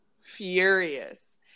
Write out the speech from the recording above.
furious